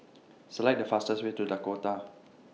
Select The fastest Way to Dakota